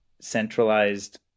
centralized